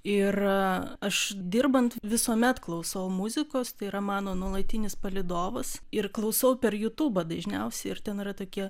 ir aš dirbant visuomet klausau muzikos tai yra mano nuolatinis palydovas ir klausau per jutūbą dažniausiai ir ten yra tokie